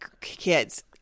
kids